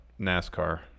NASCAR